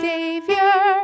Savior